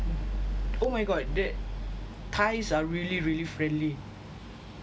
oh my god the thais are really really friendly